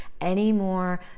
anymore